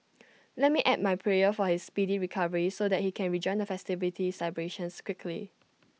let me add my prayer for his speedy recovery so that he can rejoin the festivity celebrations quickly